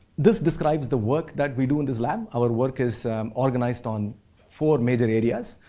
this describes the work that we do in this lab, our work is organized on four major areas.